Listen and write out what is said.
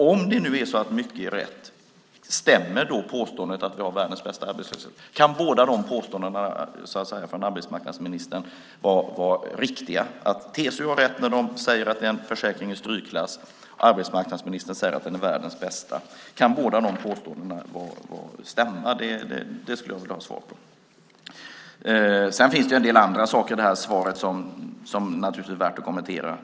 Om det nu är så att mycket är rätt, stämmer då påståendet att vi har världens bästa arbetslöshetsförsäkring? Kan båda de påståendena vara riktiga? Har TCO rätt när de säger att det är en försäkring i strykklass och arbetsmarknadsministern rätt när han säger att den är världens bästa? Kan båda de påståendena stämma? Det skulle jag vilja ha ett svar på. Det finns en del andra saker i det här svaret som naturligtvis är värda att kommentera.